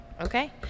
Okay